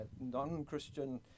non-Christian